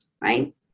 right